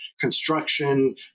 construction